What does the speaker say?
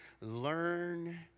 Learn